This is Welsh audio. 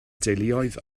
deuluoedd